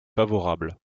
favorable